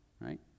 right